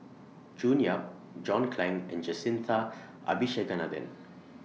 June Yap John Clang and Jacintha Abisheganaden